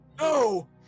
No